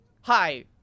Hi